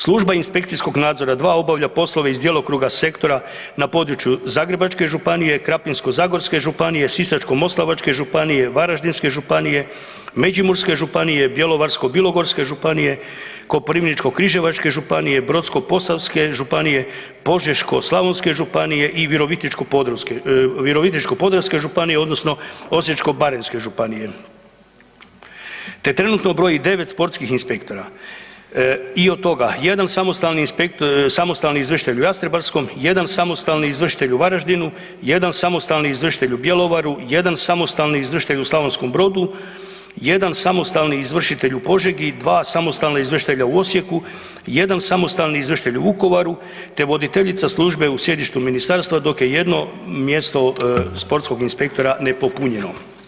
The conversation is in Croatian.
Služba inspekcijskog nadzora dva obavlja poslove iz djelokruga sektora na području Zagrebačke županije, Krapinsko-zagorske županije, Sisačko-moslavačke županije, Varaždinske županije, Međimurske županije, Bjelovarsko-bilogorske županije, Koprivničko-križevačke županije, Brodsko-posavske županije, Požeško-slavonske županije i Virovitičko-podravske županije odnosno Osječko-baranjske županije te trenutno broji 9 sportskih inspektora i od toga jedan samostalni izvršitelj u Jastrebarskom, jedan samostalni izvršitelj u Varaždinu, jedan samostalni izvršitelj u Bjelovaru, jedan samostalni izvršitelj u Slavonskom Brodu, jedan samostalni izvršitelj u Požegi i dva samostalna izvršitelja u Osijeku, jedan samostalni izvršitelj u Vukovaru te voditeljica službe u sjedištu ministarstva dok je jedno mjesto sportskog inspektora nepopunjeno.